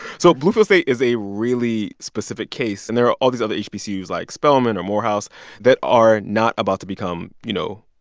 so bluefield state is a really specific case. and there are all these other hbcus like spelman or morehouse that are not about to become, you know,